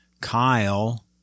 kyle